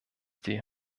die